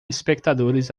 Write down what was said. espectadores